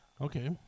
Okay